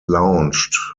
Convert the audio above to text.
launched